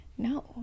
No